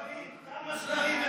כמה שקרים?